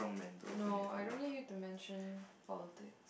no I don't need you to mention politic